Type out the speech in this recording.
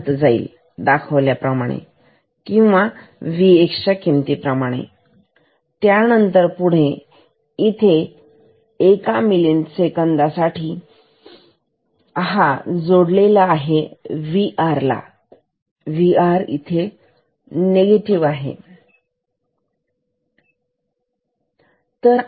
तर हे वाढत जाईल दाखवल्याप्रमाणे किंवा Vx च्या किमती प्रमाणे त्यानंतर पुढे इथे एक मिली सेकंद हा जोडला आहे VrVr निगेटिव्ह आहे